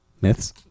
myths